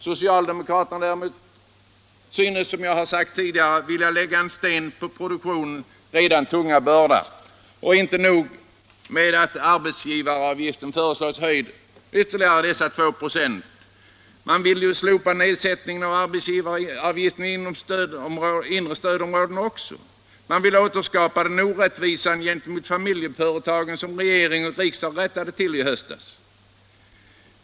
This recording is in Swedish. Socialdemokraterna däremot synes, som jag har Allmänpolitisk debatt Allmänpolitisk debatt sagt tidigare, vilja lägga sten på produktionens redan tunga börda. Inte nog med att arbetsgivaravgiften föreslås höjd med ytterligare 2 ?»— man vill slopa nedsättningen av arbetsgivaravgiften inom inre stödområdet också. Man vill återskapa den orättvisa gentemot familjeföretagen som regering och riksdag rättade till i höstas.